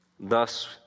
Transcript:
Thus